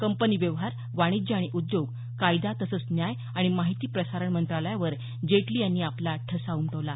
company व्यवहार वाणिज्य आणि उद्योग कायदा तसंच न्याय आणि माहिती प्रसारण मंत्रालयावर जेटली यांनी आपला ठसा उमटवला